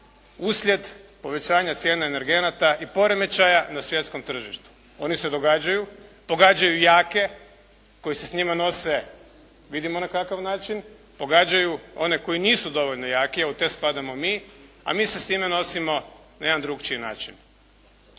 uslijed povećanja cijene energenata i poremećaja na svjetskom tržištu. Oni se događaju, pogađaju jake koji se s njime nose vidimo na kakav način. Pogađaju one koji nisu dovoljno jaki, a u te spadamo mi, a mi se s time nosimo na jedan drugi način.